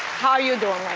how you doin'